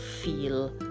feel